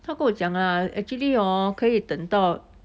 他跟我讲啊 actually orh 可以等到